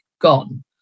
gone